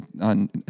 on